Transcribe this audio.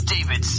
David